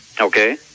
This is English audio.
Okay